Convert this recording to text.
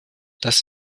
dass